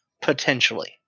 potentially